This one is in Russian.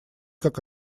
как